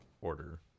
order